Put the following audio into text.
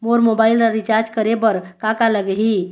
मोर mobile ला recharge करे बर का का लगही?